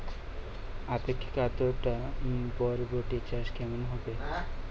আপেক্ষিক আদ্রতা বরবটি চাষ কেমন হবে?